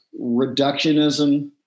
reductionism